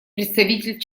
представитель